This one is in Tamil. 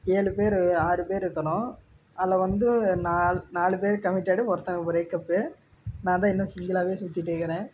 ஏழு பேர் ஆறு பேர் இருக்கணும் அதில் வந்து நாலு நாலு பேர் கமிட்டடு ஒருத்தன் பிரேக்அப்பு நான்தான் இன்னும் சிங்கிளாகவே சுத்திகிட்டு இருக்கிறேன்